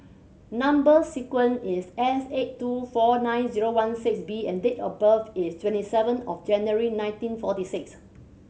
number sequence is S eight two four nine zero one six B and date of birth is twenty seven of January nineteen forty six